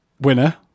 Winner